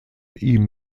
ihm